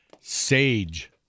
sage